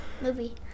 movie